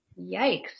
Yikes